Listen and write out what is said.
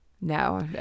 No